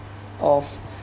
of